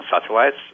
satellites